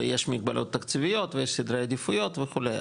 ויש מגבלות תקציביות ויש סדרי עדיפויות וכו'.